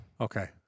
Okay